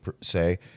say